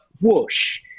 whoosh